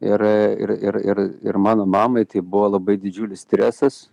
ir ir ir ir ir mano mamai tai buvo labai didžiulis stresas